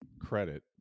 credit